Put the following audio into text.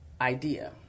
idea